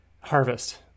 harvest